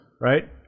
Right